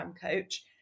coach